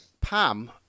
Pam